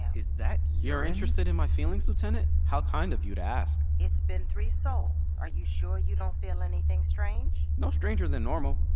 is that urine? you're interested in my feelings, lieutenant? how kind of you to ask it's been three sols, are you sure you don't feel anything strange? no stranger than normal.